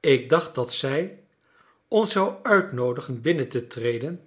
ik dacht dat zij ons zou uitnoodigen binnen te treden